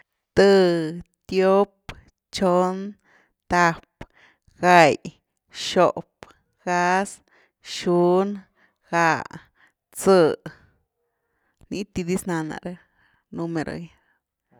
Thï, tiop, chon, tap, gai, xop, gáz, xun, gáh, txë, nii ti diz nana, numero gy.